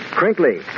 crinkly